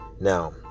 Now